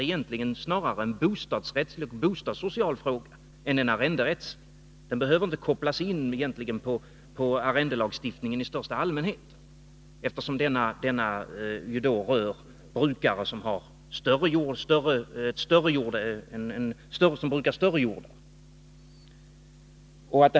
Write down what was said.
Det är snarare en bostadssocial fråga än en arrenderättslig. Den behöver egentligen inte kopplas ihop med arrendelagstiftningen i största allmänhet, eftersom den rör brukare som brukar större jordar.